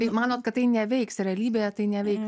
tai manot kad tai neveiks realybėje tai neveiks